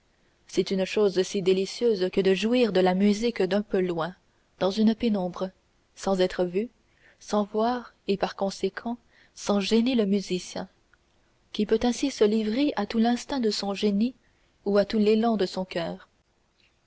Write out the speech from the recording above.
c'est une chose si délicieuse que de jouir de la musique d'un peu loin dans une pénombre sans être vu sans voir et par conséquent sans gêner le musicien qui peut ainsi se livrer à tout l'instinct de son génie ou à tout l'élan de son coeur